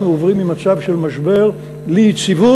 אנחנו עוברים ממצב של משבר ליציבות,